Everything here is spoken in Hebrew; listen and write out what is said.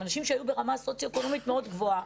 אנשים שהיו ברמה סוציואקונומית מאוד גבוהה.